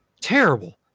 terrible